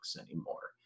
anymore